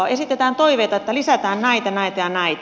esitetään toiveita että lisätään näitä näitä ja näitä